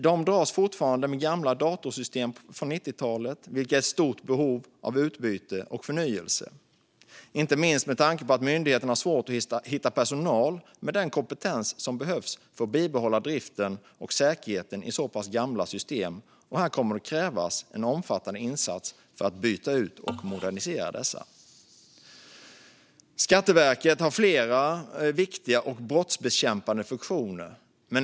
De dras fortfarande med gamla datasystem från 90-talet, vilka är i stort behov av utbyte och förnyelse. Myndigheten har inte minst svårt att hitta personal med den kompetens som behövs för att bibehålla driften och säkerheten i så pass gamla system. Det kommer att krävas en omfattande insats för att byta ut och modernisera dessa. Skatteverket har flera viktiga och brottsbekämpande funktioner.